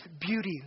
beauty